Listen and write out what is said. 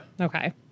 okay